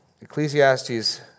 Ecclesiastes